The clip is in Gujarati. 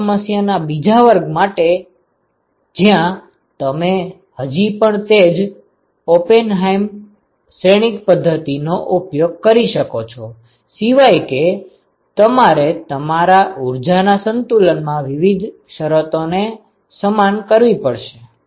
તેથી આ સમસ્યાના બીજા વર્ગ માટે છે જ્યાં તમે હજી પણ તે જ ઓપેનહાઇમ શ્રેણિક પદ્ધતિ નો ઉપયોગ કરી શકો છો સિવાય કે તમારે તમારા ઉર્જા ના સંતુલનમાં વિવિધ શરતોને સમાન કરવી પડશે